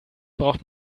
braucht